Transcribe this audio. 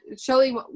Shelly